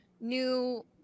new